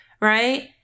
right